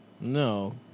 No